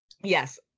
Yes